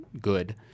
good